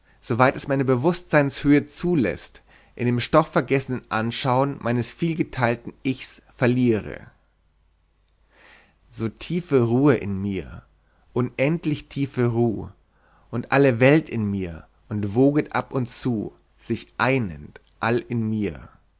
soweit es meine bewußtseinshöhe zuläßt in dem stoffvergessenden anschaun meines vielgeteilten ichs verliere so tiefe ruh in mir unendlich tiefe ruh und alle welt in mir und woget ab und zu sich einend all in mir